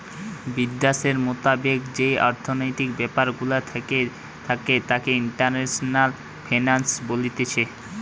বিদ্যাশের মোতাবেক যেই অর্থনৈতিক ব্যাপার গুলা থাকে তাকে ইন্টারন্যাশনাল ফিন্যান্স বলতিছে